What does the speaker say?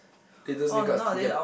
latest makeup skincare